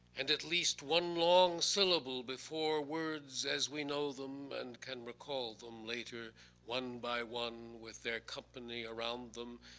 and at least one long syllable before words as we know them and can recall them later one by one with their company around them.